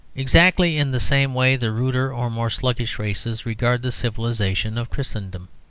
exactly in the same way the ruder or more sluggish races regard the civilisation of christendom.